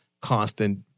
constant